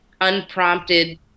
unprompted